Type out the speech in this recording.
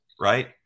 right